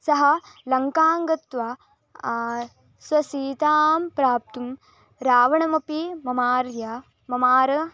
सः लङ्कां गत्वा स्वसीतां प्राप्तुं रावणमपि ममार्य ममार